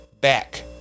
Back